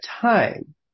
time